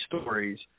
stories